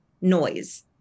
noise